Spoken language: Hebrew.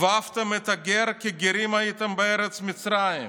"ואהבתם את הגר, כי גרים הייתם בארץ מצרים".